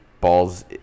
Balls